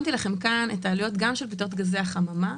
שמתי לכם כאן את העלויות של פליטות גזי החממה,